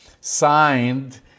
signed